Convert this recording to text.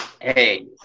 hey